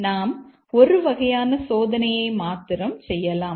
நாம் ஒரு வகையான சோதனையை மாத்திரம் செய்யலாம்